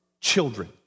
children